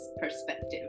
perspective